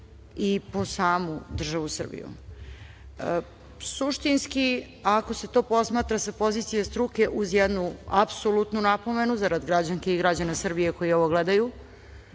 i po samu državu Srbiju. Suštinski, ako se to posmatra sa pozicije struke, uz jednu apsolutnu napomenu, zarad građanki i građana Srbije koji ovo gledaju,